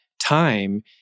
time